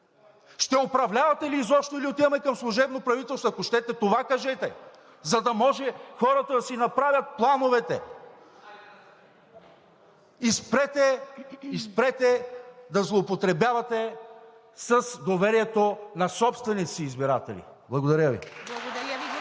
Ще управлявате ли изобщо, или отиваме към служебно правителство, ако щете, това кажете, за да може хората да си направят плановете? Спрете да злоупотребявате с доверието на собствените си избиратели! Благодаря Ви.